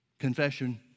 confession